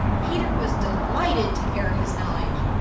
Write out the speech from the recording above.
peter was delighted to air his knowledge.